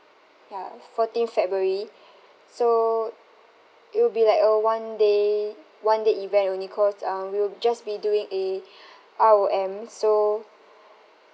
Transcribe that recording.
ya fourteenth february so it will be like a one day one day event only cause um we will just be doing a R_O_M so